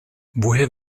woher